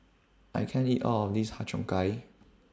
I can't eat All of This Har Cheong Gai